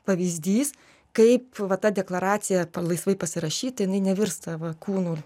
pavyzdys kaip va ta deklaracija laisvai pasirašyti jinai nevirsta va kūnu